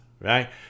right